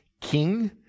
king